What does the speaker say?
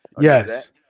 Yes